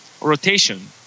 rotation